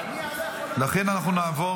קודם כול,